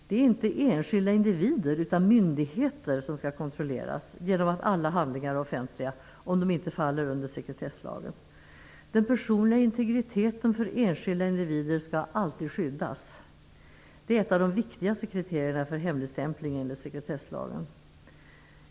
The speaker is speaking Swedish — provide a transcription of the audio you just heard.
Det är inte enskilda individer, utan myndigheter, som skall kontrolleras genom att alla handlingar är offentliga om de inte faller under sekretesslagen. Den personliga integriteten för enskilda individer skall alltid skyddas. Det är ett av de viktigaste kriterierna för hemligstämpling enligt sekretesslagen.